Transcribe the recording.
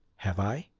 have i?